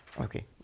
Okay